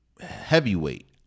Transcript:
Heavyweight